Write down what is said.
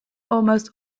almost